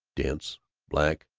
dense black,